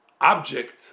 object